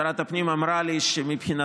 שרת הפנים אמרה לי שמבחינתה,